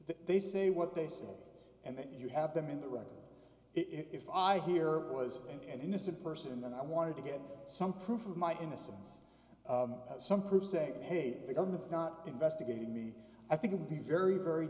they say what they say and that you have them in the record if i hear it was an innocent person then i wanted to get some proof of my innocence some proof saying i hate the government's not investigating me i think it would be very very